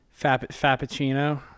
Fappuccino